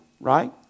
Right